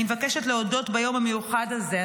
אני מבקשת להודות ביום המיוחד הזה,